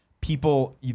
people